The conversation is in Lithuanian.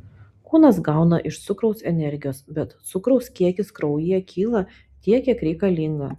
kūnas gauna iš cukraus energijos bet cukraus kiekis kraujyje kyla tiek kiek reikalinga